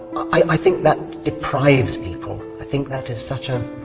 i think that deprives people. i think that is such a